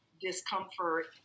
discomfort